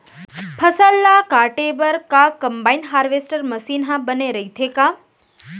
फसल ल काटे बर का कंबाइन हारवेस्टर मशीन ह बने रइथे का?